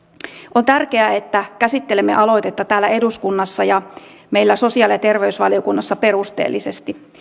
on tärkeää että käsittelemme aloitetta täällä eduskunnassa ja meillä sosiaali ja terveysvaliokunnassa perusteellisesti